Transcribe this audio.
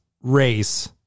race